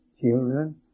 children